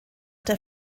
der